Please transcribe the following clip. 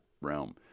realm